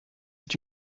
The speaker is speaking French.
est